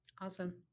Awesome